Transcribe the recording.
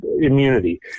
immunity